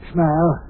Smile